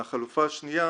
החלופה השנייה